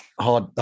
hard